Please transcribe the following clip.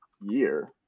year